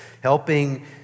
helping